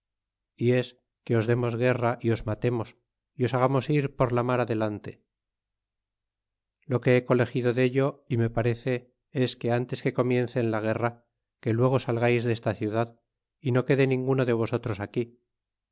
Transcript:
y es que os demos guerra os matemos é os hagamos ir por la mar adelante lo que he colegido dello y me parece es que ántes que comiencen la guerra que luego salgais desta ciudad y no quede ninguno de vosotros aquí